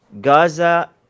Gaza